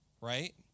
right